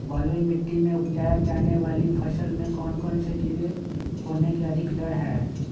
बलुई मिट्टी में उपजाय जाने वाली फसल में कौन कौन से कीड़े होने के अधिक डर हैं?